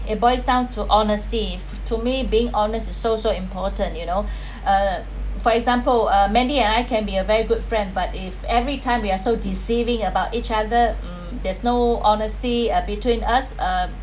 it boils down to honesty to me being honest is so so important you know uh for example uh mandy and I can be a very good friend but if every time we are so deceiving about each other um there's no honesty between us um